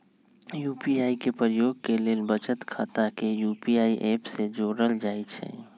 UPI के प्रयोग के लेल बचत खता के यू.पी.आई ऐप से जोड़ल जाइ छइ